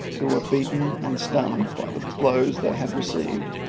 who were beaten and stunned by the blows they had received,